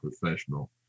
professional